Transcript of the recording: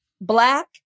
black